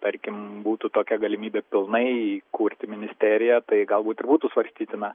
tarkim būtų tokia galimybė pilnai įkurti ministeriją tai galbūt ir būtų svarstytina